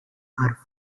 are